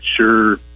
sure